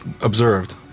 observed